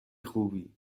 خوبی